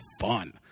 fun